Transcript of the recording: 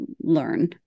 learn